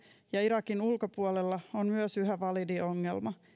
ja irakin ulkopuolella on yhä validi ongelma